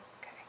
Okay